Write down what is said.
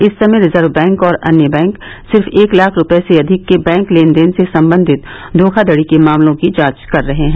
इस समय reserve bank और अन्य बैंक सिर्फ एक लाख रूपये से अधिक के बैंक लेन देन से संबंधित धोखाघड़ी के मामलों की जांच करते हैं